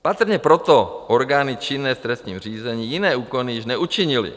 Patrně proto orgány činné v trestním řízení jiné úkony již neučinily.